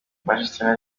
manchester